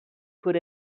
put